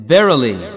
Verily